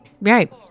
Right